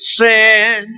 sin